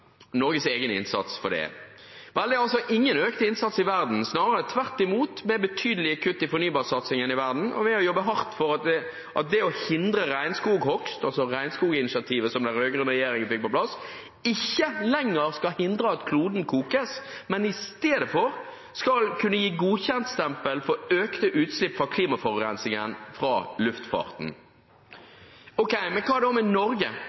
Norges egne utslipp i Norge og i verden? Norges egen innsats for det? Det er ingen økt innsats i verden, snarere tvert imot med betydelige kutt i fornybarsatsingen i verden. Vi har jobbet hardt for å hindre at regnskoghogst – regnskoginitiativet som den rød-grønne regjeringen fikk på plass – ikke lenger skal hindre at kloden kokes, men istedenfor skal kunne gi godkjentstempel for økte utslipp fra klimaforurensningen fra luftfarten. Men hva med Norge